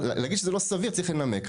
להגיד שזה לא סביר, צריך לנמק.